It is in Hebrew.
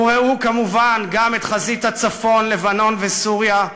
וראו כמובן גם את חזית הצפון, לבנון וסוריה,